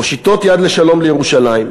מושיטות יד לשלום לירושלים,